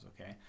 Okay